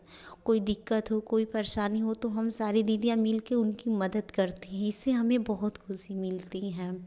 कोई दिक्कत हो कोई परेशानी हो तो हम सारी दीदियाँ मिलकर उनकी मदद करती हैं इससे हमें बहुत खुशी मिलती है